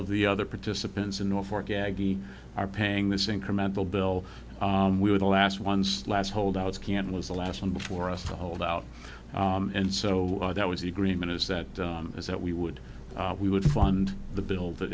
of the other participants in norfork agni are paying this incremental bill we were the last ones last holdouts can was the last one before us to hold out and so that was the agreement is that is that we would we would fund the bill that